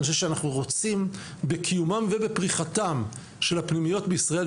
אני חושב שאנחנו רוצים בקיומם ופריחתן של הפנימיות בישראל.